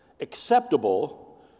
Acceptable